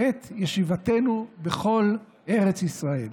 את ישיבתנו בכל ארץ ישראל.